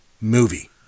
movie